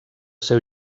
seu